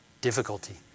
difficulty